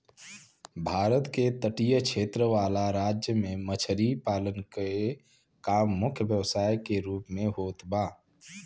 भारत के तटीय क्षेत्र वाला राज्य में मछरी पालन के काम मुख्य व्यवसाय के रूप में होत बा